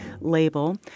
label